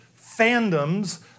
fandoms